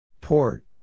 Port